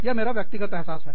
यह मेरा व्यक्तिगत एहसास है